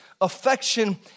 affection